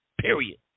period